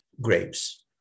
grapes